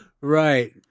Right